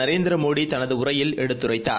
நரேந்திரமோடிதனதுஉரையில் எடுத்துரைத்தார்